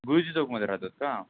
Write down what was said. गुरुजी चौकामध्ये राहतात का